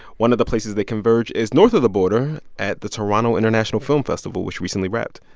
one of the places they converge is north of the border at the toronto international film festival, which recently wrapped.